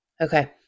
Okay